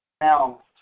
Now